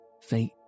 Fate